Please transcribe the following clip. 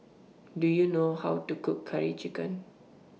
Do YOU know How to Cook Curry Chicken